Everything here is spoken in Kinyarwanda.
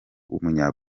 w’umunya